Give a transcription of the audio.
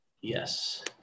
Yes